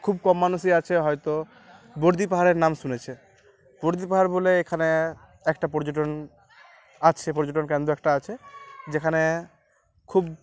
খুব কম মানুষই আছে হয়তো বর্দি পাহাড়ের নাম শুনেছে বর্দি পাহাড় বলে এখানে একটা পর্যটন আছে পর্যটন কেন্দ্র একটা আছে যেখানে খুব